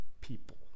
people